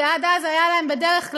כי עד אז היה להם בדרך כלל,